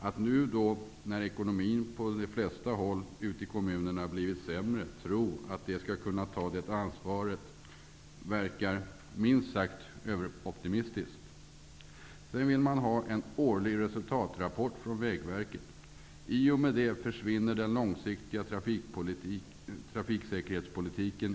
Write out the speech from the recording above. Att nu, när ekonomin på de flesta håll ute i kommunerna har blivit sämre, tro att de skall kunna ta det här ansvaret verkar minst sagt överoptimistiskt. Sedan vill man ha en årlig resultatrapport från Vägverket. I och med det försvinner enligt vår uppfattning den långsiktiga trafiksäkerhetspolitiken.